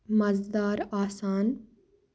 مَزٕدار آسان